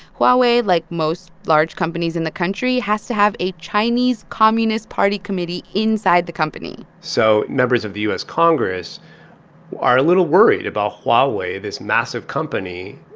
huawei, like most large companies in the country, has to have a chinese communist party committee inside the company so members of the u s. congress are a little worried about huawei, this massive company,